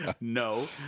No